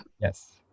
Yes